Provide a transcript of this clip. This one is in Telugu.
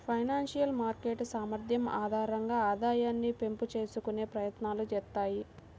ఫైనాన్షియల్ మార్కెట్ సామర్థ్యం ఆధారంగా ఆదాయాన్ని పెంపు చేసుకునే ప్రయత్నాలు చేత్తాయి